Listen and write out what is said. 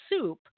soup